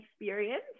experience